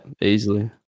easily